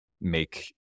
make